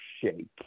shake